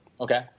Okay